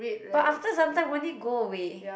but after some time won't it go away